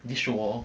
this show hor